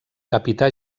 capità